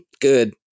good